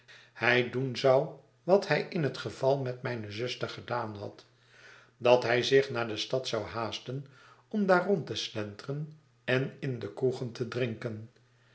hij doen zou wat hij in het geval met mijne zuster gedaan had dat hij zich naar de stad zou haasten om daar rond te sienteren en in de kroegen te drinken